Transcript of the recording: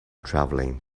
traveling